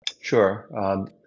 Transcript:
Sure